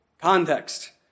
Context